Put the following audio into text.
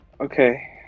Okay